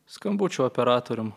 skambučių operatorium